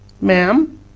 ma'am